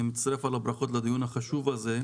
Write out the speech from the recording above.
אני מצטרף על הברכות לדיון החשוב הזה.